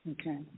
okay